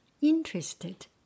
interested